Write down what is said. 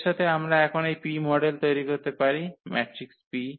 এর সাথে আমরা এখন এই P মডেল তৈরি করতে পারি ম্যাট্রিক্স P